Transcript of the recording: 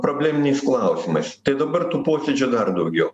probleminiais klausimais tai dabar tų posėdžių dar daugiau